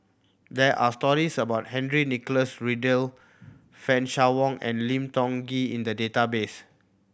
there are stories about Henry Nicholas Ridley Fan Shao Hua and Lim Tiong Ghee in the database